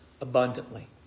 abundantly